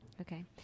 Okay